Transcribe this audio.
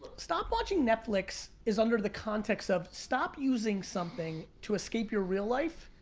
stop watching netflix is under the context of stop using something to escape your real life